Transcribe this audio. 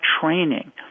training